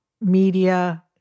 media